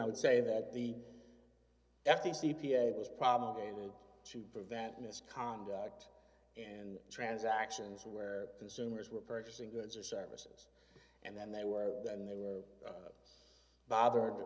i would say that the f t c p a was probably going to prevent misconduct and transactions where consumers were purchasing goods or services and then they were then they were bothered